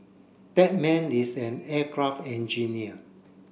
that man is an aircraft engineer